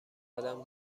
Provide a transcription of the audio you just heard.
آدم